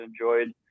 enjoyed